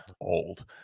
old